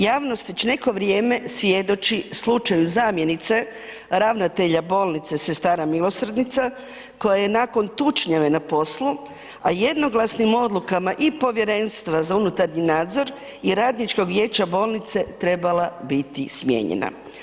Javnost već neko vrijeme svjedoči slučaju zamjenice ravnatelja Bolnice Sestara milosrdnica koja je nakon tučnjave na poslu, a jednoglasnim odlukama i Povjerenstva za unutarnji nadzor i Radničkog vijeća bolnice trebala biti smijenjena.